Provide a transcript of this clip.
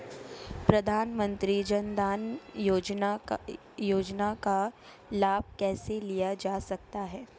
प्रधानमंत्री जनधन योजना का लाभ कैसे लिया जा सकता है?